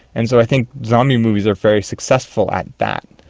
and so i think zombie movies are very successful at that.